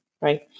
Right